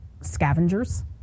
scavengers